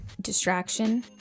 distraction